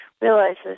realizes